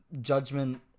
judgment